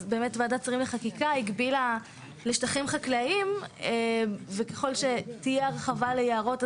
ועדת שרים לחקיקה הגבילה לשטחים חקלאיים וככול שתהיה הרחבה ליערות,